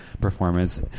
performance